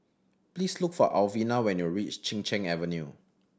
please look for Alvina when you reach Chin Cheng Avenue